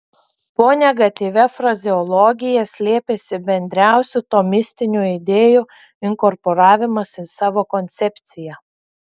po negatyvia frazeologija slėpėsi bendriausių tomistinių idėjų inkorporavimas į savo koncepciją